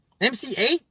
MC8